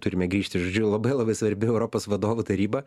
turime grįžti žodžiu labai labai svarbi europos vadovų taryba